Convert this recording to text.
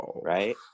right